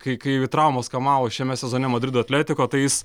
kai kai traumos kamavo šiame sezone madrido atletiko tai jis